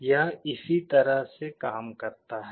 यह इसी तरह से काम करता है